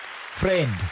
friend